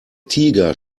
tiger